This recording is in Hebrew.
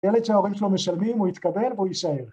ילד שההורים שלו משלמים, הוא יתקבל והוא יישאר.